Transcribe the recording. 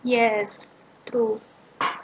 yes oh